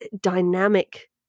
dynamic